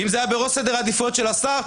אם זה היה בראש סדר העדיפויות של השר,